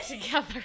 together